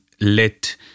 let